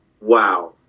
wow